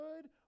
good